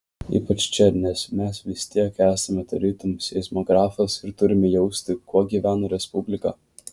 ypač čia nes mes vis tiek esame tarytum seismografas ir turime jausti kuo gyvena respublika